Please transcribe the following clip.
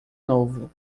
novo